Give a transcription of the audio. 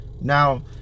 Now